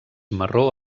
marró